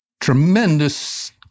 Tremendous